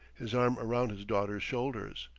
his arm around his daughter's shoulders,